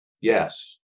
Yes